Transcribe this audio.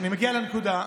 אני מגיע לנקודה,